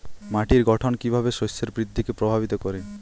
মাটির গঠন কীভাবে শস্যের বৃদ্ধিকে প্রভাবিত করে?